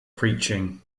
preaching